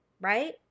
Right